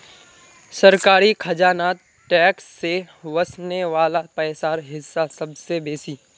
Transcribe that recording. सरकारी खजानात टैक्स से वस्ने वला पैसार हिस्सा सबसे बेसि